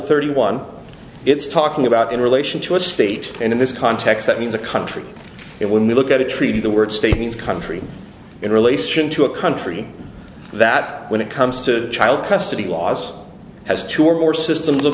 thirty one it's talking about in relation to a state and in this context that means a country it when we look at a treaty the word state means country in relation to a country that when it comes to child custody laws has two or more systems of